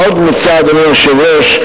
עוד מוצע, אדוני היושב-ראש,